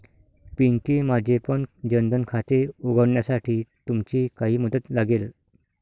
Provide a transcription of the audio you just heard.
पिंकी, माझेपण जन धन खाते उघडण्यासाठी तुमची काही मदत लागेल